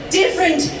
different